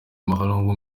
mahlangu